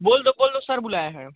बोल दो बोल दो सर बुलाए हैं